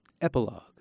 Epilogue